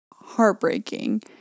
heartbreaking